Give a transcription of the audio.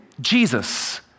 Jesus